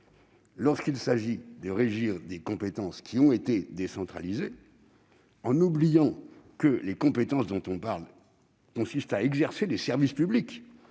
lorsqu'il tend à régir des compétences qui ont été décentralisées, en oubliant que ces mêmes compétences consistent à exercer des services publics